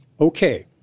Okay